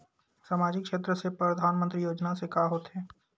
सामजिक क्षेत्र से परधानमंतरी योजना से का होथे?